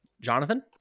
Jonathan